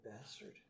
bastard